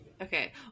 okay